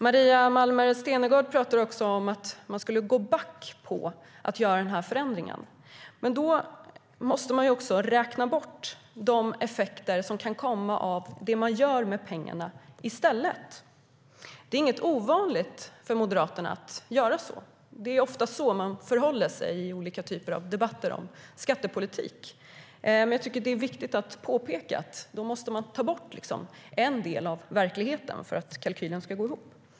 Maria Malmer Stenergard pratar också om att man skulle gå back på att göra den här förändringen. Men då måste man också räkna bort de effekter som kan komma av det man gör med pengarna i stället. Det är inget ovanligt för Moderaterna att göra så; det är ofta så man förhåller sig i olika typer av debatter om skattepolitik. Jag tycker att det är viktigt att påpeka att då måste man ta bort en del av verkligheten för att kalkylen ska gå ihop.